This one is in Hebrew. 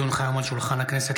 כי הונחו היום על שולחן הכנסת,